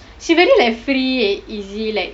she very like free and easy like